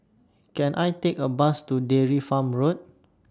Can I Take A Bus to Dairy Farm Road